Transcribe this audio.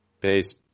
Peace